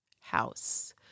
house